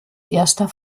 erster